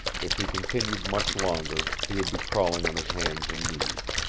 if he continued much longer he would be crawling on his hands and knees.